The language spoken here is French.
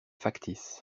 factice